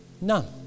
None